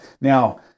Now